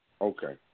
Okay